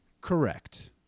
Correct